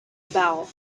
about